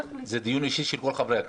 זה דיון אישי של כל חברי הכנסת.